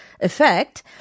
effect